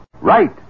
Right